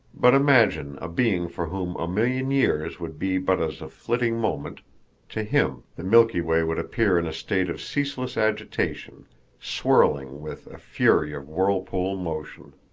but imagine a being for whom a million years would be but as a flitting moment to him the milky way would appear in a state of ceaseless agitation swirling with a fury of whirlpool motion